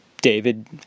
David